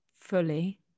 fully